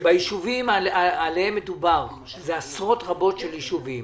שביישובים עליהם מדובר שזה עשרות רבות של יישובים